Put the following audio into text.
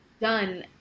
done